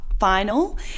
final